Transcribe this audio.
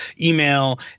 email